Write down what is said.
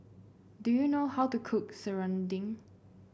do you know how to cook Serunding